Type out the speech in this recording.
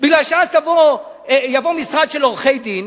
כי אז יבוא משרד של עורכי-דין